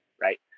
right